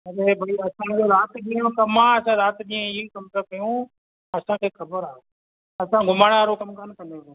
हुनखे भुली रहो असांजो त राति ॾींहं जो कमु आहे असां राति ॾींहुं इहो ई कमु पिया कयूं असांखे ख़बर आहे असां घुमाइण वारो कमु कान कंदा आहियूं